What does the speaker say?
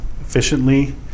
efficiently